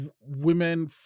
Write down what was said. women